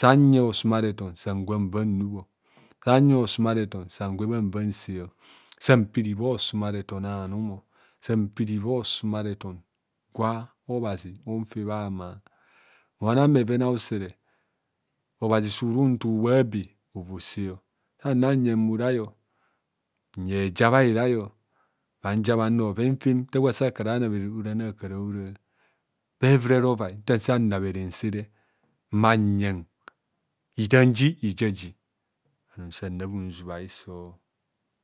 sanye osumareton san gwe hanua rubho. sanye osumareton sangwebho hanva nse san piri bhosumareton sanpiribha osumareton anum gwa obhazi mona bheven ausere obhazi suruntoo bhabe ovosea. sana nyeng bhuraio nye eja bherai bhanja bhanor bhoven fem nta sakara nabhere orani akara bhora. bhevurere ovai nta sa nnabhere nsere mmanye itamji ijaji sana bhinzubha hiso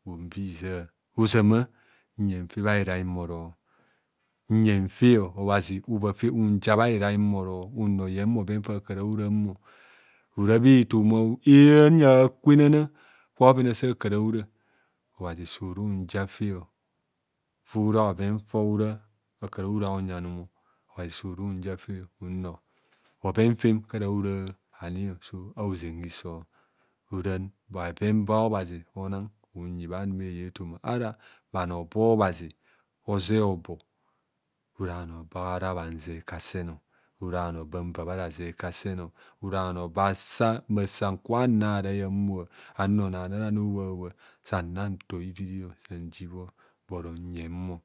bhinviza ozama nyen fe bhabhirai mmoro nye fe obhazi ova fe unja bhaira mmoro nno yen bhoven fakara bhoramoora bhetoma ehnya a'kwenana gwa bhoven asakara bhora obhazi surunja fe fora bhoven faro bhora onyi anum obhazi surunja fe nnor bhoven fem kara bhora ani so a'ozen hiso ora bheven ba obhazi ona unyi bhanuma eyo atoma ara bhanor ba obhazi ozeh obor ora bhanor bara bhanze ka seu ora bhano ba nvaa bharazeb kasen. ora bhano boja mmasan ka nrarai mma bhanor onor aniara ni obhua bhua sana ntor ravirio bloro nyem